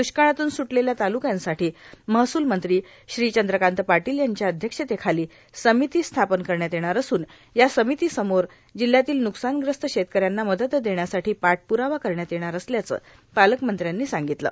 द्ष्काळातून सुटलेल्या तालुक्यांसाठी महसूल मंत्री श्री चंद्रकांत पार्टोल यांच्या अध्यक्षतेखालां सर्मामती स्थापन करण्यात येणार असून या र्सामतीसमोर जिल्ह्यातील नुकसान ग्रस्त शेतकऱ्यांना मदत देण्यासाठी पाठप्रावा करण्यात येणार असल्याचं पालकमंत्री यांनी सांगगतलं